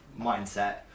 mindset